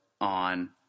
on